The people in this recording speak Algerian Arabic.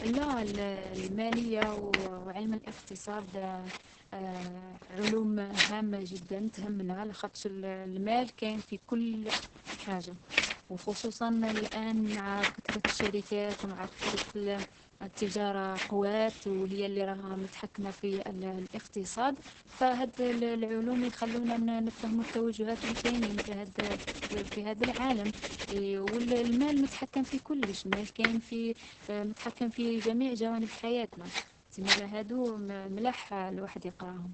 لا، الـ المالية و و علم الاقتصاد علوم هامة جدا تهمنا لاخطش الـ المال كاين في كل حاجة و خصوصا الآن مع كترت الشركات و مع كترت الـ التجارة قوات و هي لي راها متحكمة في الـ الاقتصاد، فهاذ الـ العلوم يخلونا نـ نفهمو التوجهات لي كاينين في هاد فـ في هاذ العالم. يـ والـ والمال متحكم في كلش. المال كاين في متحكم في جميع جوانب حياتنا. تسمالا هادو مـ ملاح الواحد يقراهم.